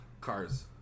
Cars